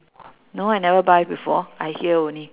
no I never buy before I hear only